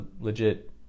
legit